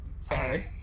Sorry